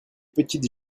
petites